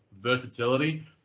versatility